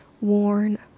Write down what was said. worn